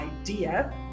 idea